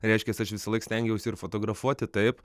reiškias aš visąlaik stengiausi ir fotografuoti taip